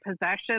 possession